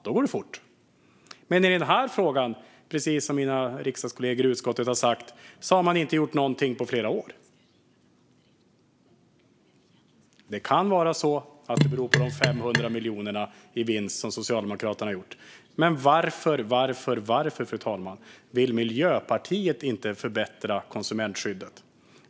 Då går det fort! Men i den här frågan har man, precis som mina riksdagskollegor i utskottet har sagt, inte gjort någonting på flera år. Det kan vara så att det beror på de 500 miljoner som Socialdemokraterna har gjort i vinst. Men varför, fru talman, vill inte Miljöpartiet förbättra konsumentskyddet?